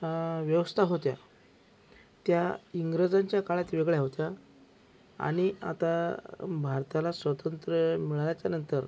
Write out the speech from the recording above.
व्यवस्था होत्या त्या इंग्रजांच्या काळात वेगळ्या होत्या आणि आता भारताला स्वातंत्र्य मिळाल्याच्यानंतर